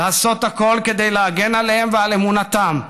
לעשות הכול כדי להגן עליהם ועל אמונתם,